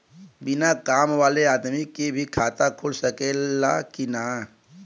बिना काम वाले आदमी के भी खाता खुल सकेला की ना?